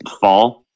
fall